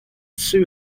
sue